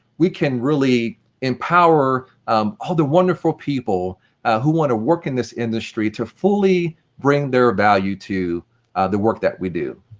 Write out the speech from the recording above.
we can really empower all the wonderful people who want to work in this industry to fully bring their value to the work that we do.